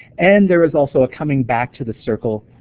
and there was also a coming back to the circle